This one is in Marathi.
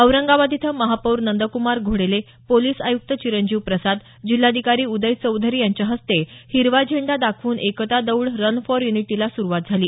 औरंगाबाद इथं महापौर नंद्क्मार घोडेले पोलीस आयुक्त चिरंजीव प्रसाद जिल्हाधिकारी उदय चौधरी यांच्या हस्ते हिरवा झेंडा दाखवून एकता दौड रन फॉर युनिटी ला सुरुवात झाली